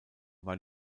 war